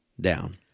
down